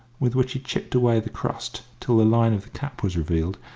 with which he chipped away the crust till the line of the cap was revealed,